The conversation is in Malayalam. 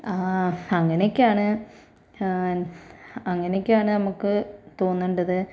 ആ അങ്ങനെയൊക്കെയാണ് അങ്ങനെയൊക്കെയാണ് നമുക്ക് തോന്നണ്ടത്